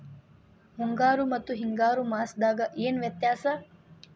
ಮುಂಗಾರು ಮತ್ತ ಹಿಂಗಾರು ಮಾಸದಾಗ ಏನ್ ವ್ಯತ್ಯಾಸ?